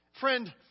Friend